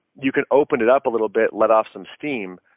you can open it up a little bit, let off some steam,